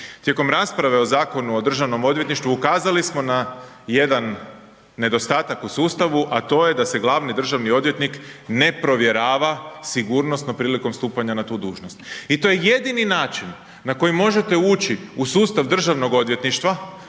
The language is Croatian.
Tijekom rasprave o Zakonu o državnom odvjetništvu ukazali smo na jedan nedostatak u sustavu, a to je da se glavni državni odvjetnik ne provjerava sigurnosno prilikom stupanja na tu dužnost. I to je jedini način na koji možete ući u sustav državnog odvjetništva,